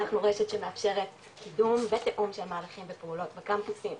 אנחנו רשת שמאפשרת קידום ותיאום של מהלכים ופעולות בקמפוסים